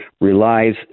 relies